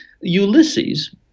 Ulysses